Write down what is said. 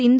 சிந்து